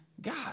God